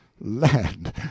Land